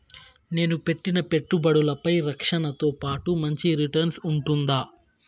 నేను పెట్టిన పెట్టుబడులపై రక్షణతో పాటు మంచి రిటర్న్స్ ఉంటుందా?